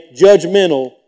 judgmental